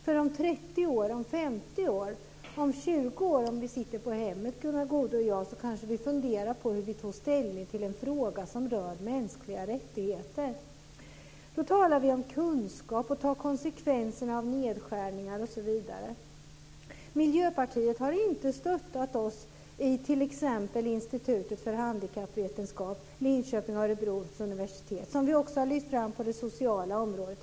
Om 20, 30 eller t.o.m. 50 år, då Gunnar Goude och jag sitter på hemmet, kanske vi funderar på hur vi tog ställning till en fråga som rör mänskliga rättigheter. Vi talar om kunskap och att ta konsekvenserna av nedskärningar osv. Miljöpartiet har inte stöttat oss i fråga om t.ex. Institutet för handikappvetenskap vid Linköping och Örebros universitet. Detta är något vi har lyft fram på det sociala området.